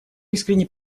искренне